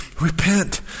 Repent